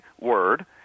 word